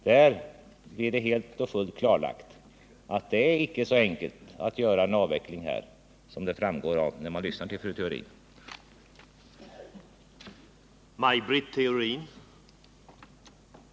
Där görs det fullständigt klart att det inte är så enkelt att avveckla som det verkar när man lyssnar till fru tets inverkan på vissa försvarskostnader